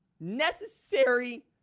necessary